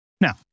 Now